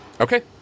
Okay